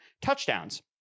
touchdowns